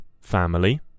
family